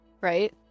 Right